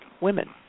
women